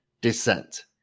descent